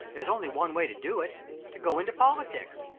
there's only one way to do it to go into politics.